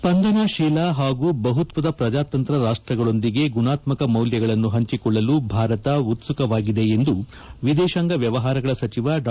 ಸ್ಸಂದನಾಶೀಲ ಹಾಗೂ ಬಹುತ್ವದ ಪ್ರಜಾತಂತ್ರ ರಾಷ್ಟಗಳೊಂದಿಗೆ ಗುಣಾತ್ಮಕ ಮೌಲ್ಯಗಳನ್ನು ಹಂಚಿಕೊಳ್ಳಲು ಭಾರತ ಉತ್ಪುಕವಾಗಿದೆ ಎಂದು ವಿದೇಶಾಂಗ ವ್ಯವಹಾರಗಳ ಸಚಿವ ಡಾ